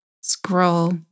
scroll